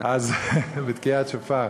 בתקיעת שופר.